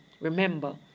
remember